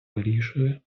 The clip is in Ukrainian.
вирішує